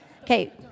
Okay